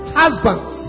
husbands